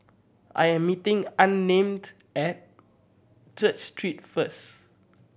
I am meeting Unnamed at Church Street first